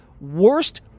worst